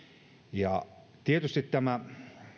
ja tietysti tämä